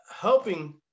helping